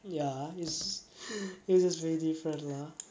ya it's it's just very different lah